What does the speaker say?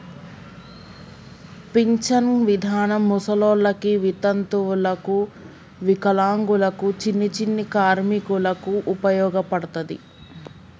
pension విధానం ముసలోళ్ళకి వితంతువులకు వికలాంగులకు చిన్ని చిన్ని కార్మికులకు ఉపయోగపడతది